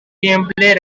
gameplay